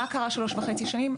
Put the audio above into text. מה קרה שלוש וחצי שנים?